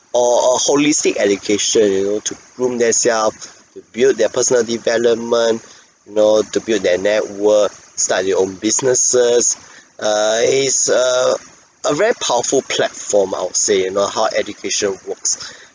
or a holistic education you know to groom themself to build their personal development know to build their network start your own businesses err it is a a very powerful platform I would say you know how education works